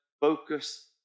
Focus